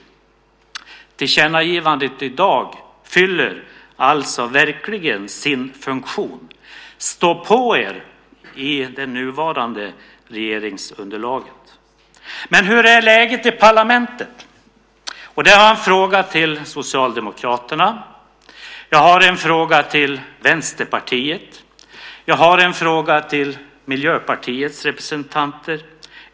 Dagens tillkännagivande fyller alltså verkligen sin funktion. Stå på er i det nuvarande regeringsunderlaget! Men hur är läget i parlamentet? Där har jag en fråga till Socialdemokraternas, Vänsterpartiets och Miljöpartiets representanter.